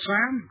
Sam